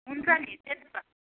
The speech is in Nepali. हुन्छ नि त्यही त